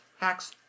hacks